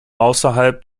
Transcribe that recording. außerhalb